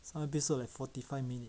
some episode like forty five minute